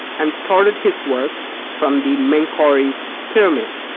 um started his work from the menkaure's pyramid.